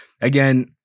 again